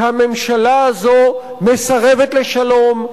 כי הממשלה הזו מסרבת לשלום,